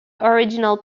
original